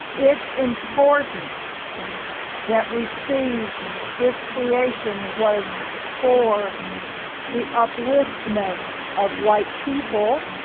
it's important that we see this creation was for the upliftment of white people,